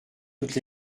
toutes